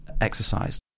exercise